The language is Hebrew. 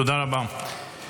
תודה רבה.